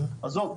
עזוב,